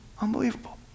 Unbelievable